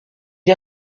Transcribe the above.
est